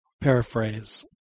paraphrase